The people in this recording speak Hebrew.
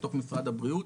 בתוך משרד הבריאות.